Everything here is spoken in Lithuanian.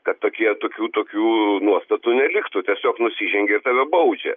kad tokie tokių tokių nuostatų neliktų tiesiog nusižengi ir tave baudžia